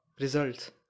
results